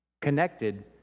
connected